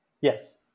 Yes